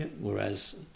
whereas